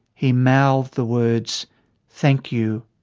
he mouthed the words thank you.